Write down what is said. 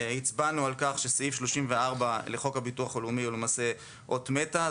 הצבענו על כך שסעיף 34 לחוק הביטוח הלאומי הוא למעשה אות מתה.